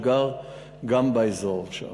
שגר באזור שם.